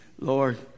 Lord